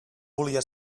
volia